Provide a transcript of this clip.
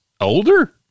older